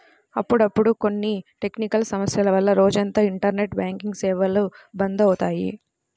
అప్పుడప్పుడు కొన్ని టెక్నికల్ సమస్యల వల్ల రోజంతా ఇంటర్నెట్ బ్యాంకింగ్ సేవలు బంద్ అవుతాయి